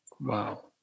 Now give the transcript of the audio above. Wow